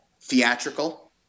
theatrical